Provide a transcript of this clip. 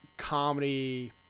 comedy